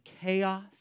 chaos